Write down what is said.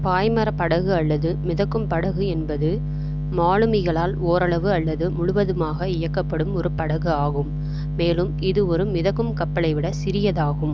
பாய்மரப் படகு அல்லது மிதக்கும் படகு என்பது மாலுமிகளால் ஓரளவு அல்லது முழுவதுமாக இயக்கப்படும் ஒரு படகு ஆகும் மேலும் இது ஒரு மிதக்கும் கப்பலை விட சிறியதாகும்